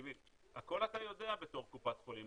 הכל אתה יודע בתור קופת חולים.